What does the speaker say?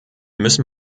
müssen